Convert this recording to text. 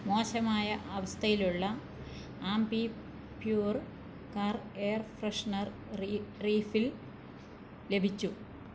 മോശമായ അവസ്ഥയിലുള്ള Ambi Pur car air freshener refill ലഭിച്ചു